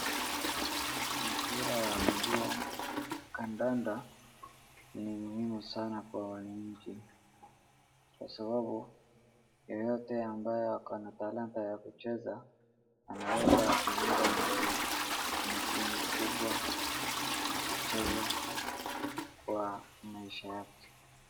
Mpira wa miguu, kadanda, ni muhimu sana kwa wananchi. Kwa sababu, yoyote ambaye ako na talanta ya kucheza, anaeza ekaenda nchi, nchini kubwa na kucheza kwa maisha yake.